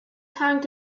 hanged